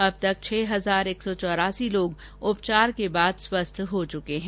अब तक छह हजार एक सौ चौरासी लोग उपचार के बाद स्वस्थ हो चुके हैं